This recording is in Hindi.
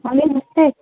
हलो नमस्ते